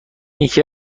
یکی